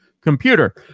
computer